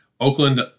Oakland